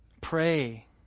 Pray